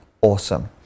awesome